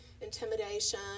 intimidation